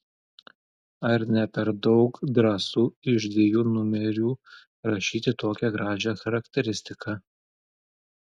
ar ne per daug drąsu iš dviejų numerių rašyti tokią gražią charakteristiką